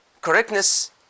Correctness